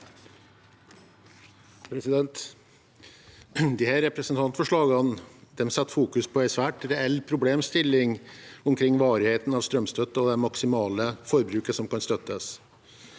Disse repre- sentantforslagene setter fokus på en svært reell problemstilling omkring varigheten av strømstøtten og det maksimale forbruket som kan støttes.